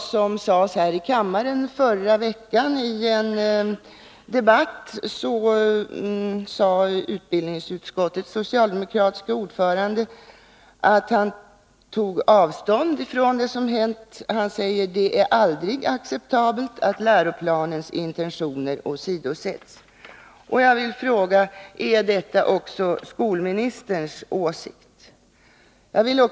Förra veckan sade utbildningsutskottets socialdemokratiske ordförande i en debatt här i kammaren att han tog avstånd från det som hänt. Han sade att det aldrig är acceptabelt att läroplanens intentioner åsidosätts. Jag vill fråga: Är det också skolministerns åsikt?